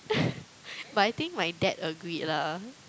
but I think my dad agreed lah